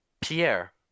Pierre